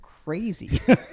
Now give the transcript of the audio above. Crazy